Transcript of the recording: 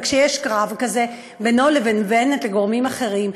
וכשיש קרב כזה בינו לבין בנט וגורמים אחרים,